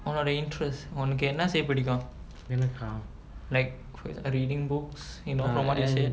உன்னோட:unnoda interest உனக்கு என்ன செய்ய புடிக்கும்:unakku enna seiya pudikkum like quiz or reading books you know from what you said